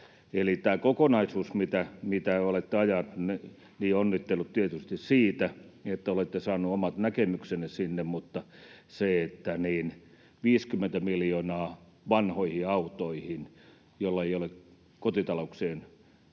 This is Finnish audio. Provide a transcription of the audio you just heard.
valtiolta menee kyllä rahaa. Eli onnittelut tietysti siitä, että olette saaneet omat näkemyksenne tähän kokonaisuuteen, mutta sitä, että 50 miljoonaa vanhoihin autoihin, millä ei ole kotitalouksien